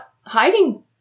hiding